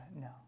No